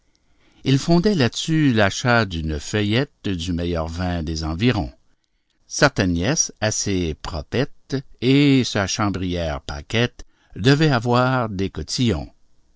il fondait là-dessus l'achat d'une feuillette du meilleur vin des environs certaine nièce assez proprette et sa chambrière pâquette devaient avoir des cotillons